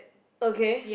okay